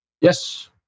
Yes